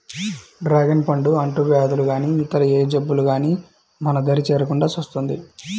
dragon పండు అంటువ్యాధులు గానీ ఇతర ఏ జబ్బులు గానీ మన దరి చేరకుండా చూస్తుంది